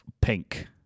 pink